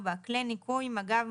כלי ניקוי - מגב,